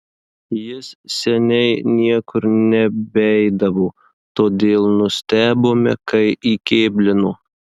jis seniai niekur nebeidavo todėl nustebome kai įkėblino